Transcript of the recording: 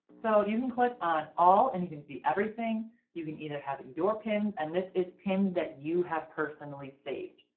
so you can click on all and you can see everything you can either have your pins and this is pins that you have personally saved,